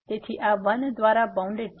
તેથી આ 1 દ્વારા બાઉન્ડેડ છે